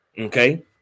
Okay